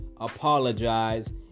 Apologize